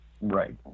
Right